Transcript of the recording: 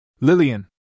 Lillian